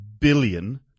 billion